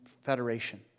Federation